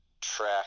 track